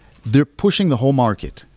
they're pushing the whole market.